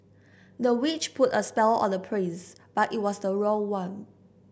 the witch put a spell on the prince but it was the wrong one